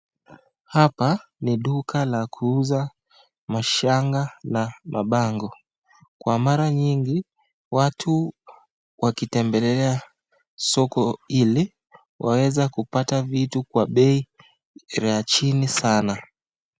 Hapa ni duka la kuuza mashanga na mabango, kwa mara nyingi watu wakitembelea soko hili waweza kupata vitu kwa bei ya chini sana.